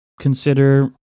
consider